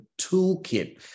toolkit